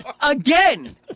Again